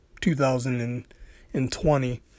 2020